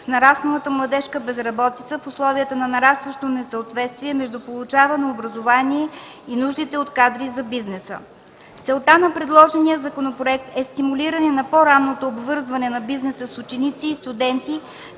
с нарасналата младежка безработица в условията на нарастващо несъответствие между получавано образование и нуждите от кадри за бизнеса. Целта на предложения законопроект е стимулиране на по-ранното обвързване на бизнеса с ученици и студенти